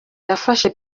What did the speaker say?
yafashe